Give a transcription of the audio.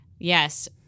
Yes